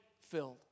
filled